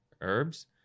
herbs